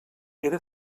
era